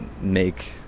make